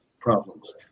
problems